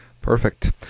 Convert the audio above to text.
perfect